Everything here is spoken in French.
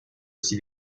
aussi